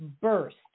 burst